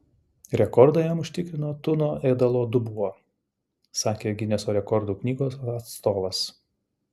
rekordą jam užtikrino tuno ėdalo dubuo sakė gineso rekordų knygos atstovas